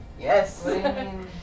Yes